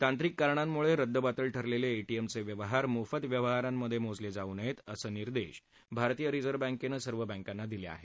तांत्रिक कारणामुळे रद्दबातल ठरलेले एटीएमचे व्यवहार मोफत व्यवहारांमधे मोजले जाऊ नयेत असं निर्देश भारतीय रिझर्व बँकेनं सर्व बँकांना दिले आहेत